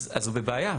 אז הוא בבעיה.